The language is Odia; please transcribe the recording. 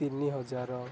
ତିନି ହଜାର